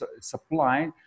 supply